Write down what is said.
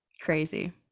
Crazy